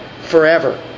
forever